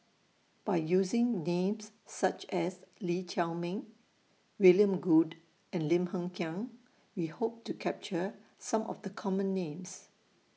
By using Names such as Lee Chiaw Meng William Goode and Lim Hng Kiang We Hope to capture Some of The Common Names